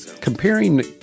comparing